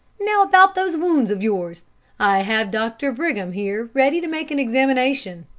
now about those wounds of yours. i have doctor brigham here, ready to make an examination.